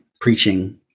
preaching